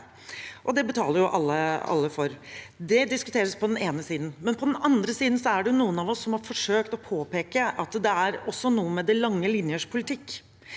det betaler alle for. Det diskuteres på den ene siden. På den andre siden er det noen av oss som har forsøkt å påpeke at det også er noe med de lange linjers politikk.